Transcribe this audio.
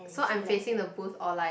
so I'm facing the booth or like